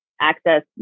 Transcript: access